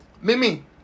Mimi